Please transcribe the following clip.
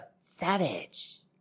Savage